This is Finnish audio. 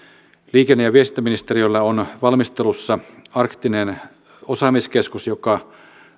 liikenne ja viestintäministeriöllä on valmistelussa arktinen osaamiskeskus joka